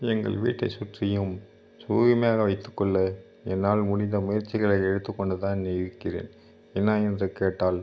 எங்கள் வீட்டை சுற்றியும் தூய்மையாக வைத்துக்கொள்ள என்னால் முடிந்த முயற்சிகளை எடுத்துக்கொண்டு தான் இங்கே இருக்கிறேன் என்ன என்று கேட்டால்